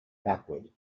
backward